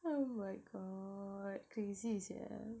oh my god crazy sia